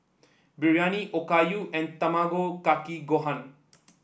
Biryani Okayu and Tamago Kake Gohan